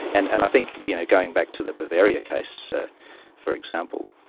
and and i think you know going back to the bavaria case ah for example,